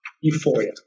euphoria